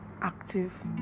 active